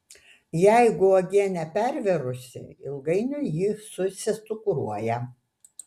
jeigu uogienė pervirusi ilgainiui ji susicukruoja